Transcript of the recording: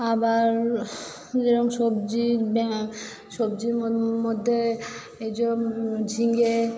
আবার যেরম সব্জি সব্জির মধ্যে ওই জো ঝিঙ্গে